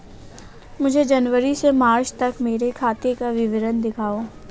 मुझे जनवरी से मार्च तक मेरे खाते का विवरण दिखाओ?